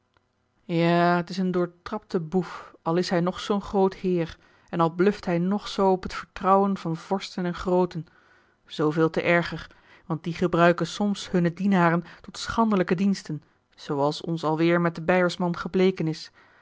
ja t is een doortrapte boef al is hij nog zoo'n groot heer en al bluft hij nog zoo op het vertrouwen van vorsten en grooten zooveel te erger want die gebruiken soms hunne dienaren tot schandelijke diensten zooals ons alweêr met den beiersman gebleken is